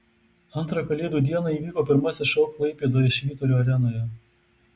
antrą kalėdų dieną įvyko pirmasis šou klaipėdoje švyturio arenoje